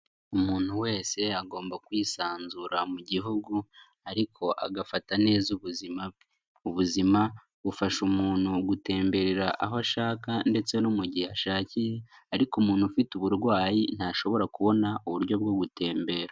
Umuntu wese agomba kwisanzura mu gihugu ariko agafata neza ubuzima bwe. Ubuzima bufasha umuntu gutemberera aho ashaka ndetse no mu gihe ashakiye ariko umuntu ufite uburwayi ntashobora kubona uburyo bwo gutembera.